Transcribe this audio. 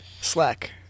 Slack